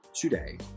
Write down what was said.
today